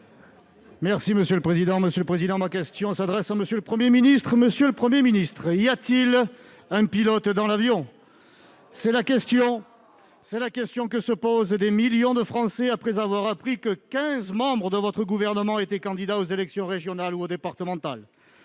des sénateurs n'appartenant à aucun groupe. Ma question s'adresse à M. le Premier ministre. Monsieur le Premier ministre, y a-t-il un pilote dans l'avion ? C'est la question que se posent des millions de Français après avoir appris que quinze membres de votre gouvernement étaient candidats aux élections régionales ou départementales.